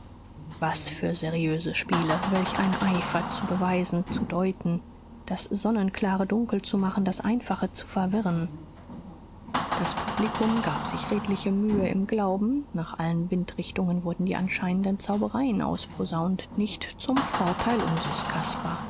was für seriöse spiele welch ein eifer zu beweisen zu deuten das sonnenklare dunkel zu machen das einfache zu verwirren das publikum gab sich redliche mühe im glauben nach allen windrichtungen wurden die anscheinenden zaubereien ausposaunt nicht zum vorteil unsers caspar